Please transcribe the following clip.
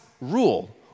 rule